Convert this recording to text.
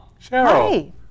Cheryl